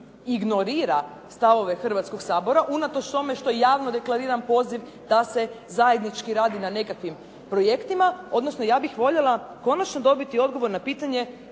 ignorira stavove Hrvatskog sabora unatoč tome što je javno deklariran poziv da se zajednički radi na nekakvim projektima? Odnosno ja bih voljela konačno dobiti odgovor na pitanje